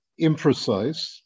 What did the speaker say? imprecise